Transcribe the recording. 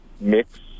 mix